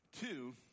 Two